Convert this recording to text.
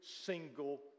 single